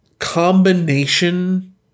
combination